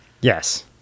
Yes